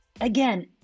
again